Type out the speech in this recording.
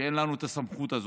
ואין לנו את הסמכות הזאת.